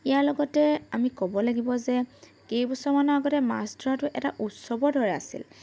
ইয়াৰ লগতে আমি ক'ব লাগিব যে কেইবছৰমানৰ আগতে মাছ ধৰাতো এটা উৎসৱৰ দৰে আছিল